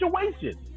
situation